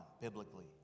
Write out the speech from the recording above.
biblically